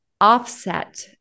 offset